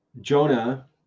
Jonah